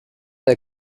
they